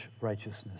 righteousness